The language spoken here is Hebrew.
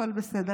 הכול בסדר.